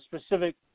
specific